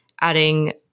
adding